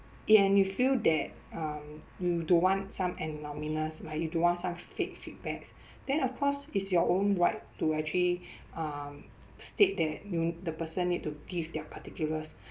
it and you feel that uh you don't want some like you don't want some fake feedbacks then of course is your own right to actually um state that you the person need to give their particulars